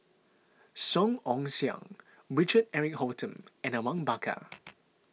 Song Ong Siang Richard Eric Holttum and Awang Bakar